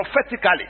prophetically